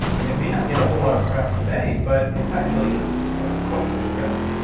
it may not get a whole lot of press today, but it's actually a but quite good gun.